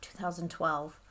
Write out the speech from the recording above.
2012